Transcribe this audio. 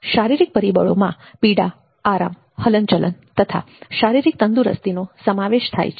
શારીરિક પરિબળોમાં પીડા આરામ હલનચલન તથા શારીરિક તંદુરસ્તીનો સમાવેશ થાય છે